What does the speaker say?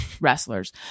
wrestlers